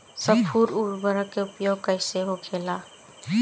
स्फुर उर्वरक के उपयोग कईसे होखेला?